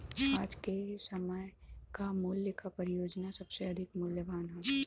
आज के समय क मूल्य क परियोजना सबसे अधिक मूल्यवान हौ